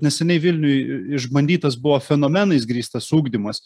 neseniai vilniuj išbandytas buvo fenomenais grįstas ugdymas